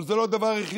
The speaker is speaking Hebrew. אבל זה לא הדבר היחיד.